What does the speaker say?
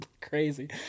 crazy